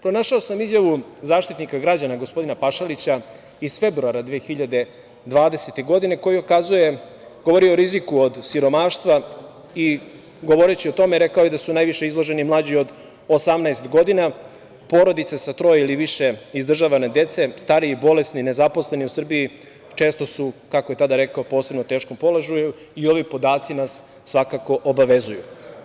Pronašao sam izjavu Zaštitnika građana, gospodina Pašalića, iz februara 2020. godine koji ukazuje, govori o riziku od siromaštva i govoreći o tome rekao je da su najviše izloženi mlađi od 18 godina, porodice sa troje ili više izdržavane dece, stariji, bolesni, nezaposleni u Srbiji, često su, kako je tada rekao, u posebno teškom položaju i ovi podaci nas svakako obavezuju.